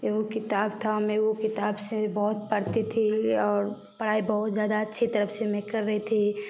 एगो किताब था हमें वो किताब से बहुत पड़ते थे और पढ़ाई बहुत ज़्यादा अच्छी तरफ से मैं कर रही थी